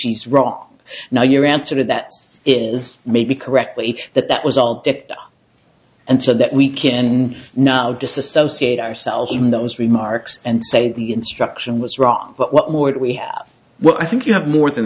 she's wrong now your answer to that is maybe correctly that that was all and so that we can now disassociate ourselves from those remarks and say the instruction was wrong but what would we have well i think you have more than